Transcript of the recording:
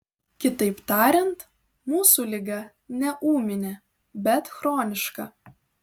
kitaip tariant mūsų liga ne ūminė bet chroniška